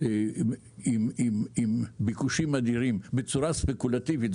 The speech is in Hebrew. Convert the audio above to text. במקומות עם ביקושים אדירים בצורה ספקולטיבית,